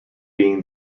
being